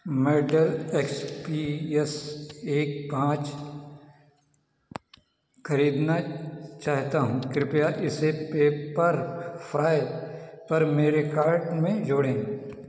मैं Dell X P S एक पाँच खरीदना चाहता हूँ कृपया इसे पेपरफ्राई पर मेरे कार्ट में जोड़ें